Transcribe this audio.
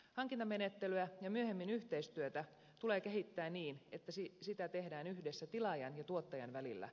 hankintamenettelyä ja myöhemmin yhteistyötä tulee kehittää niin että sitä tehdään yhdessä tilaajan ja tuottajan välillä